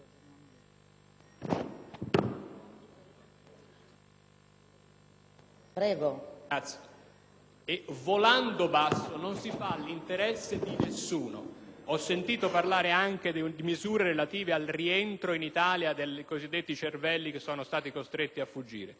volare basso, e volando basso non si fa l'interesse di nessuno. Ho sentito parlare anche di misure per il rientro in Italia dei cosiddetti cervelli che sono stati costretti a fuggire: bene,